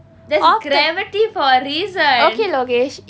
there's gravity for a reason